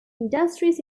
industries